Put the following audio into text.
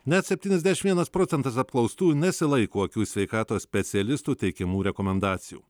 net septyniasdešim vienas procentas apklaustųjų nesilaiko akių sveikatos specialistų teikiamų rekomendacijų